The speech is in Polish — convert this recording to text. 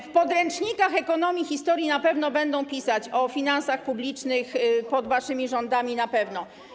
W podręcznikach ekonomii i historii na pewno będą pisać o finansach publicznych pod waszymi rządami, na pewno.